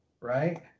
Right